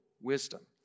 wisdom